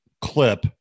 clip